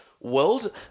World